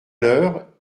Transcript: l’heure